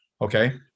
Okay